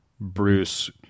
Bruce